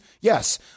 Yes